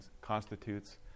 constitutes